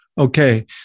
Okay